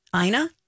Ina